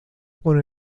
con